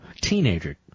teenager